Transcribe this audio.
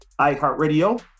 iHeartRadio